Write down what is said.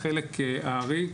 החלק הארי,